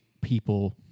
people